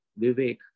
Vivek